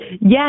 Yes